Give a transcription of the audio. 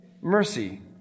mercy